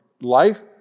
life